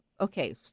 okay